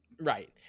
Right